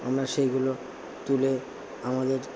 আমরা সেইগুলো তুলে আমাদের